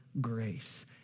grace